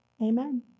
Amen